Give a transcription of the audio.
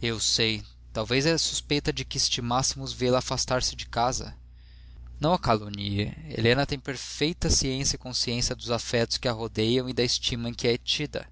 eu sei talvez a suspeita de que estimássemos vê-la afastar-se de casa não a calunie helena tem perfeita ciência e consciência dos afetos que a rodeiam e da estima em que é tida